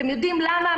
אתם יודעים למה?